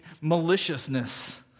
maliciousness